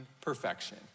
perfection